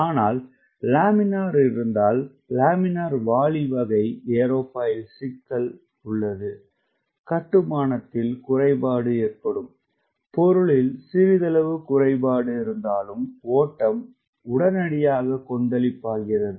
ஆனால் லேமினார் இருந்தால் லேமினார் வாளி வகை ஏரோஃபாயில் சிக்கல் உள்ளது கட்டுமானத்தில் குறைபாடு பொருளில் சிறிதளவு குறைபாடு இருந்தாலும் ஓட்டம் உடனடியாக கொந்தளிப்பாகிறது